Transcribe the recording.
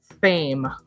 Fame